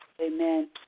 Amen